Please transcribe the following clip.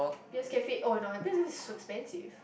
P_S-Cafe oh no P_S-Cafe is so expensive